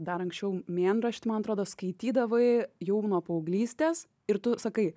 dar anksčiau mėnraštį man atrodo skaitydavai jau nuo paauglystės ir tu sakai